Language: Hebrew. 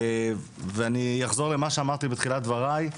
ואני אחזור למה שאמרתי בתחילת דבריי,